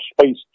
space